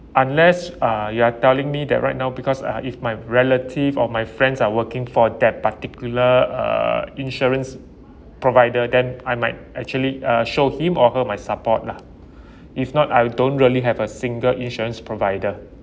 unless uh you're telling me that right now because uh if my relative or my friends are working for that particular uh insurance provider then I might actually uh show him or her my support lah if not I don't really have a single insurance provider